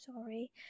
sorry